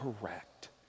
correct